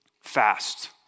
fast